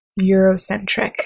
Eurocentric